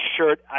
shirt